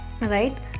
right